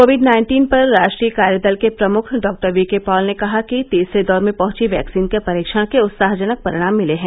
Covid nineteen पर राष्ट्रीय कार्यदल के प्रमुख डॉक्टर वीके पॉल ने कहा कि तीसरे दौर में पहुंची वैक्सीन के परीक्षण के उत्साहजनक परिणाम मिले हैं